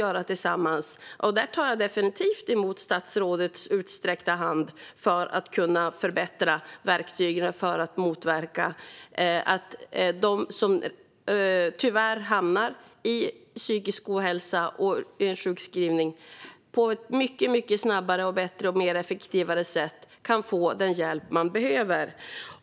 Jag tar definitivt emot statsrådets utsträckta hand för att kunna förbättra verktygen och se till att de som tyvärr hamnar i psykisk ohälsa och sjukskrivning på ett mycket snabbare, bättre och effektivare sätt kan få den hjälp de behöver.